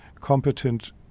Competent